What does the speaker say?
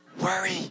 worry